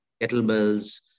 kettlebells